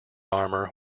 armor